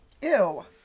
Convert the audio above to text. Ew